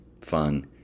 fun